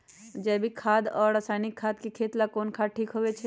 जैविक खाद और रासायनिक खाद में खेत ला कौन खाद ठीक होवैछे?